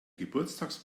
geburtstags